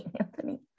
Anthony